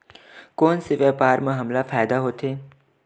कोन से व्यापार म हमला फ़ायदा होथे?